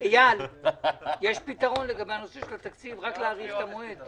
הרי המיקום הנכון הוא ההוצאה במשרדי